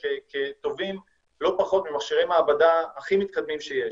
כטובים לא פחות ממכשירי מעבדה הכי מתקדמים שיש.